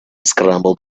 scrambled